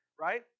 right